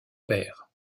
père